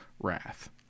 wrath